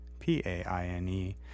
P-A-I-N-E